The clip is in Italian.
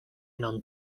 non